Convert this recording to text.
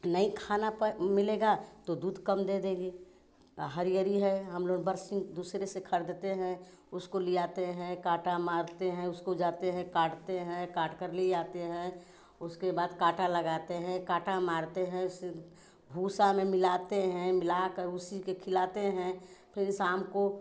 नई खाना मिलेगा तो दूध कम दे देगी हरी हरी है हम लोग बरसिन दूसरे से खरीदते हैं उसको लियाते हैं काँटा मारते हैं उसको जाते हैं काटते हैं काटकर लियाते हैं उसके बाद काँटा लगाते हैं काँटा मारते हैं उससे भूसा में मिलाते हैं मिलाकर उसी के खिलाते हैं फिर शाम को